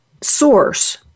source